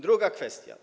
Druga kwestia.